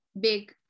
big